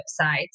websites